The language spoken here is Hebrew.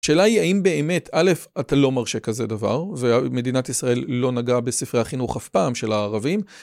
שאלה היא האם באמת, א', אתה לא מרשה כזה דבר ומדינת ישראל לא נגעה בספרי החינוך אף פעם של הערבים